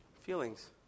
feelings